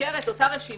יבקר את אותה רשימה.